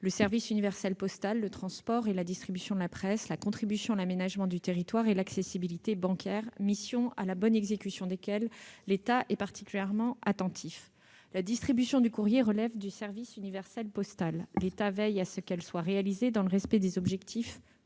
le service universel postal, le transport et la distribution de la presse, la contribution à l'aménagement du territoire et l'accessibilité bancaire, missions à la bonne exécution desquelles l'État est particulièrement attentif. La distribution du courrier relève du service universel postal. L'État veille à ce qu'elle soit réalisée dans le respect des objectifs de